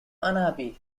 unhappy